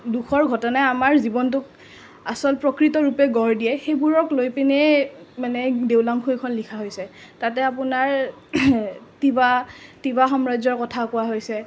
দুখৰ ঘটনাই আমাৰ জীৱনটোক আচল প্ৰকৃত ৰূপে গঢ় দিয়ে সেইবোৰক লৈ পিনেই মানে দেও লাংখুইখন লিখা হৈছে তাতে আপোনাৰ তিৱা তিৱা সাম্ৰাজ্যৰ কথা কোৱা হৈছে